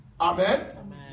Amen